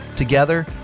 Together